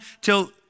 till